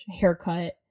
haircut